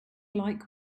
like